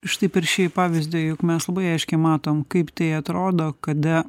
štai per šį pavyzdį juk mes labai aiškiai matom kaip tai atrodo kada